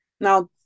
Now